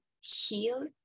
heal